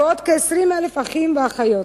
ועוד כ-20,000, אחים ואחיות.